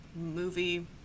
movie